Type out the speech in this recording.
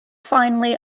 finally